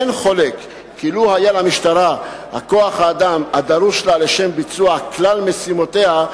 אין חולק כי לו היה למשטרה כוח-האדם הדרוש לה לשם ביצוע כלל משימותיה,